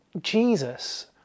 Jesus